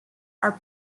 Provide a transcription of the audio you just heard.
are